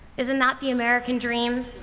isn't that the american dream,